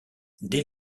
dès